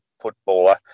footballer